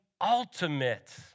ultimate